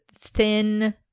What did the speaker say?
thin